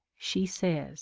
she says